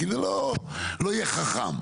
כי זה לא יהיה חכם.